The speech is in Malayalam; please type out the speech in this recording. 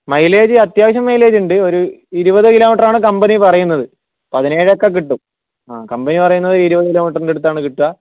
മൈലേജ് അത്യാവശ്യം മൈലേജ് ഉണ്ട് ഒരു ഇരുപത് കിലോമീറ്ററാണ് കമ്പനി പറയുന്നത് പതിനേഴൊക്കെ കിട്ടും ആ കമ്പനി പറയുന്നത് ഇരുപത് കിലോമീറ്ററിൻ്റെ അടുത്താണ് കിട്ടുക